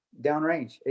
downrange